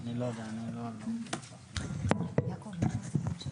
אז אני רק אגיד בינתיים עד שזה